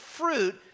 fruit